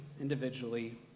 individually